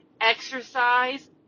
Exercise